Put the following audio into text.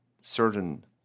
certain